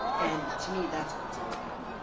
and to me that's what it's all about.